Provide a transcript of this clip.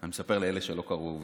אני מספר לאלה שלא קראו ויקיפדיה,